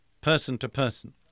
person-to-person